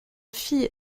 fille